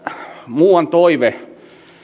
muuan toive